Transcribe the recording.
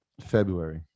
February